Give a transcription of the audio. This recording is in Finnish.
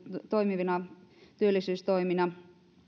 toimivina työllisyystoimina